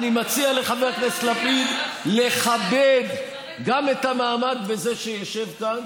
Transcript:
אני מציע לחבר הכנסת לפיד גם לכבד את המעמד בזה שישב כאן,